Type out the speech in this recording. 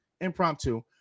impromptu